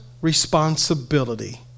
responsibility